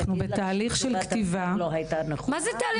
אנחנו בתהליך של כתיבה --- מה זה תהליך של כתיבה?